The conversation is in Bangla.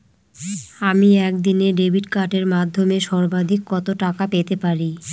আমি একদিনে ডেবিট কার্ডের মাধ্যমে সর্বাধিক কত টাকা পেতে পারি?